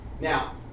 Now